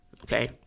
Okay